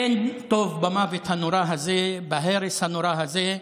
אין טוב במוות הנורא הזה, בהרס הנורא הזה.